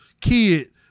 kid